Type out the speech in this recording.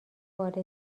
وارد